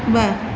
ब॒